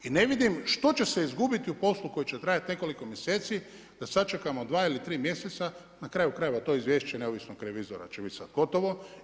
I ne vidim što će se izgubiti u poslu koji će trajati nekoliko mjeseci, da sačekamo 2 ili 3 mjeseca, na kraju krajeva, to izvješće neovisno … će biti sad gotovo.